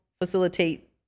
facilitate